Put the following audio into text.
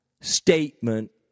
statement